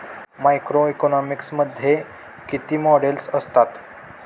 Macroeconomics मध्ये किती models असतात?